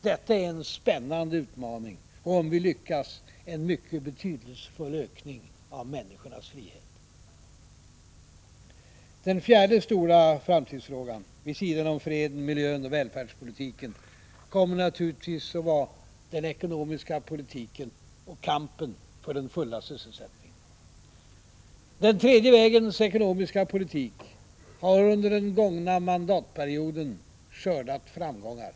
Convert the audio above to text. Detta är en spännande utmaning, och om vi lyckas innebär det en betydelsefull ökning av människornas frihet. Den fjärde stora framtidsfrågan vid sidan om freden, miljön och välfärdspolitiken kommer naturligtvis att vara den ekonomiska politiken och kampen för den fulla sysselsättningen. Den tredje vägens ekonomiska politik har under den gångna mandatperioden skördat framgångar.